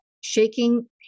shaking